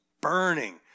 burning